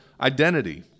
identity